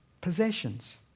possessions